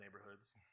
neighborhoods